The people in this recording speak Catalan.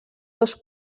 dos